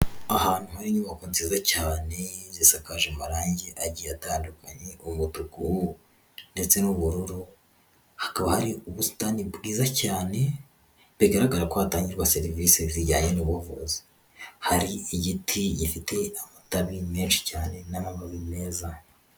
Ahantu hari inyubako nziza cyane zisakaje amarangi agiye atandukanye umutuku ndetse n'ubururu, hakaba hari ubusitani bwiza cyane bigaragara ko hatangirwa serivisi zijyanye n'ubuvuzi, hari igiti gifite amatabi menshi cyane n'amababi meza.